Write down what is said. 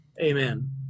Amen